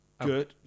Good